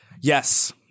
Yes